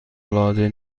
العاده